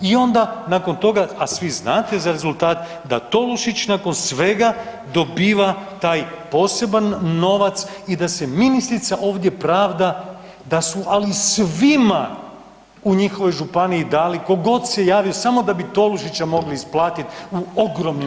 I onda nakon toga, a svi znate za rezultat da Tolušić nakon svega dobiva taj poseban novac i da se ministrica ovdje pravda da su ali svima u njihovoj županiji dali ko god se javio samo da bi Tolušića mogli isplatit u ogromnim novcima.